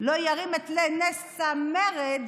לא ירים את נס המרד